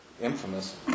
Infamous